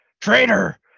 Traitor